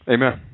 Amen